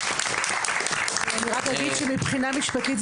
אני רק אגיד שמבחינה משפטית,